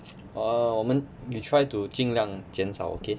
哦我们 we try to 尽量减少 okay